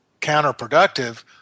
counterproductive